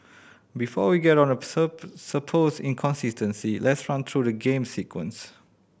before we get on the supposed inconsistency let's run through the game's sequence